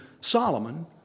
Solomon